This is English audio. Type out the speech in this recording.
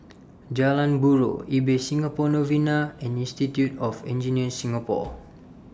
Jalan Buroh Ibis Singapore Novena and Institute of Engineers Singapore